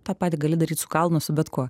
tą patį gali daryt su kalnu su bet kuo